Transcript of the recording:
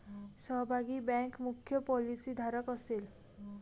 सहभागी बँक मुख्य पॉलिसीधारक असेल